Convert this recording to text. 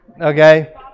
okay